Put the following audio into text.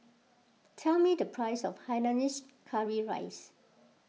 tell me the price of Hainanese Curry Rice